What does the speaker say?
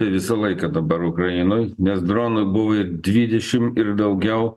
visą laiką dabar ukrainoje nes dronų buvo ir dvidešim ir daugiau